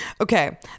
Okay